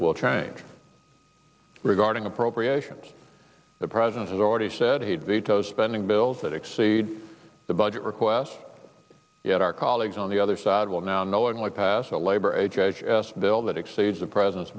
will change regarding appropriations the president has already said he'd veto spending bills that exceed the budget request yet our colleagues on the other side will now knowingly pass a labor h h s bill that exceeds the president